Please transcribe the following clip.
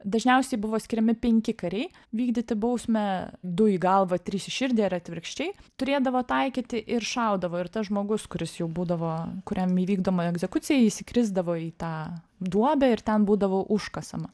dažniausiai buvo skiriami penki kariai vykdyti bausmę du į galvą trys į širdį ir atvirkščiai turėdavo taikyti ir šaudavo ir tas žmogus kuris jau būdavo kuriam įvykdoma egzekucija jis įkrisdavo į tą duobę ir ten būdavo užkasama